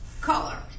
color